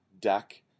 deck